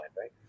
right